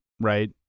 right